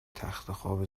تختخواب